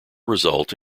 result